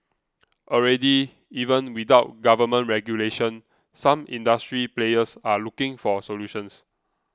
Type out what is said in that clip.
already even without government regulation some industry players are looking for solutions